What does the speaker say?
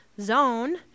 zone